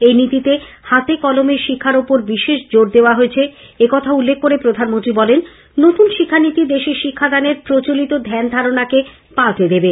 এই নীতিতে হাতেকলমে শিক্ষার ওপর বিশেষ জোর দেওয়া হয়েছে একথা উল্লেখ করে তিনি বলেন নতুন শিক্ষানীতি দেশে শিক্ষাদানের প্রচলিত ধ্যান ধারণাকে পাল্টে দেবে